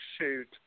shoot